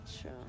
true